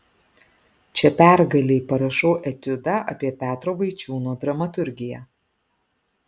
čia pergalei parašau etiudą apie petro vaičiūno dramaturgiją